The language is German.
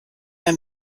ein